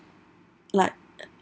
like